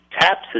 TAPS